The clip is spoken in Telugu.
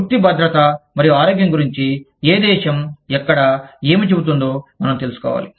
వృత్తి భద్రత మరియు ఆరోగ్యం గురించి ఏ దేశం ఎక్కడ ఏమి చెబుతుందో మనం తెలుసుకోవాలి